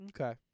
Okay